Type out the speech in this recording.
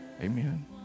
Amen